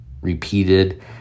repeated